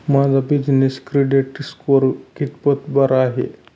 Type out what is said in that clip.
माझा business credit score कितपत बरा आहे?